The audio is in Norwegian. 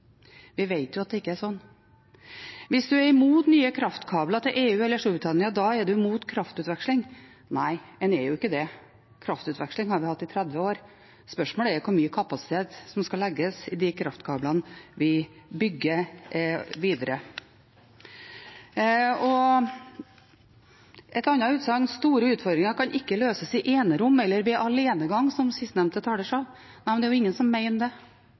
at det ikke er slik. Hvis en er imot nye kraftkabler til EU eller Storbritannia, da er en imot kraftutveksling. Nei, en er ikke det – kraftutveksling har vi hatt i 30 år. Spørsmålet er hvor mye kapasitet som skal legges i de kraftkablene vi bygger videre. Et annet utsagn var at store utfordringer ikke kan løses i enerom – eller ved alenegang, som forrige taler sa. Nei, men det er ingen som mener det.